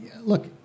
Look